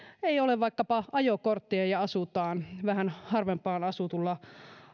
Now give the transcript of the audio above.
ei ole vaikkapa ajokorttia ja asutaan vähän harvempaan asutulla